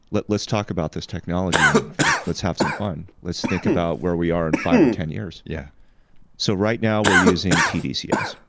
let's let's talk about this technology. and like let's have some fun. let's think about where we are in five or ten years yeah so right now we're using tdcs.